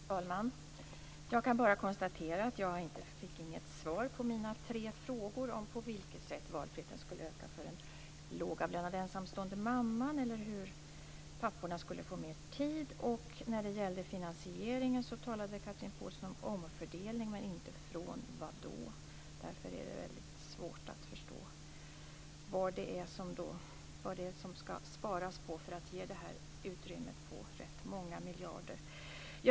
Fru talman! Jag kan bara konstatera att jag inte fick något svar på mina tre frågor om på vilket sätt valfriheten skulle öka för den lågavlönade ensamstående mamman eller hur papporna skulle få mer tid. När det gällde finansieringen talade Chatrine Pålsson om omfördelning men inte från vad. Därför är det väldigt svårt att förstå vad det är man skall spara på för att ge det här utrymmet på rätt många miljarder.